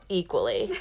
equally